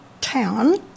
Town